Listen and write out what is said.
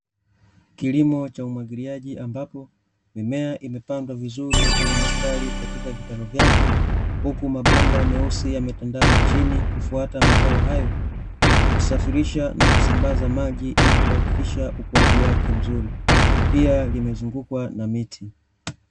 Kilimo cha umwagiliaji ambapo mimea imepandwa vizuri kwenye mistari katika vitalu vyake huku mabomba myeusi yametandazwa chini kufuata mazao hayo kusafirisha na kusambaza maji ili kuhakikisha ukuaji wake mzuri, pia limezungukwa na miti,